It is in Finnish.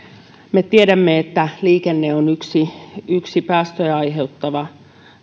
me tiedämme että liikenne on yksi päästöjä aiheuttava